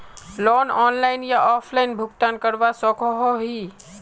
Loan online या offline भुगतान करवा सकोहो ही?